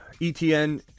ETN